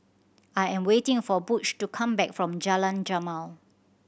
I am waiting for Butch to come back from Jalan Jamal